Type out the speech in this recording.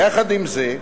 יחד עם זה,